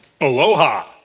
Aloha